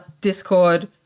discord